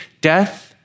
death